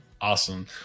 Awesome